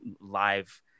live